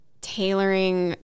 tailoring